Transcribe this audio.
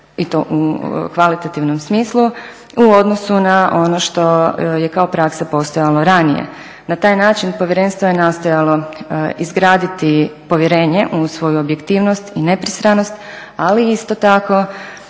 i to u kvalitativnom smislu u odnosu na ono što je kao praksa postojalo ranije. Na taj način povjerenstvo je nastojalo izgraditi povjerenje u svoju objektivnost i nepristranost ali isto tako